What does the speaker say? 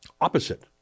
opposite